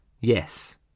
Yes